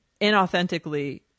inauthentically